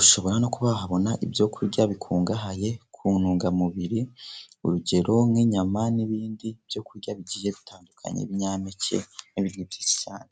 ushobora kuba no wahabona ibyo kurya bikungahaye ku ntungamubiri, urugero; nk'inyama n'ibindi byo kurya bigiye bitandukanye, ibinyampeke n'ibindi byinshi cyane.